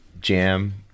jam